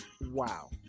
Wow